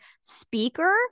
speaker